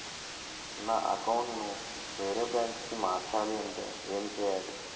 నా అకౌంట్ ను వేరే బ్రాంచ్ కి మార్చాలి అంటే ఎం చేయాలి?